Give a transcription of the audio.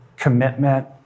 Commitment